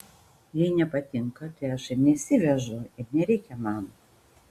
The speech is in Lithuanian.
jei nepatinka tai aš ir nesivežu ir nereikia man